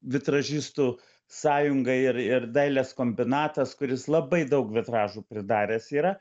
vitražistų sąjunga ir ir dailės kombinatas kuris labai daug vitražų pridaręs yra